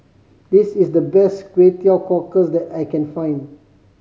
this is the best Kway Teow Cockles that I can find